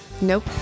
Nope